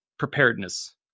preparedness